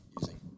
using